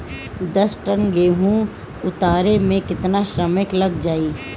दस टन गेहूं उतारे में केतना श्रमिक लग जाई?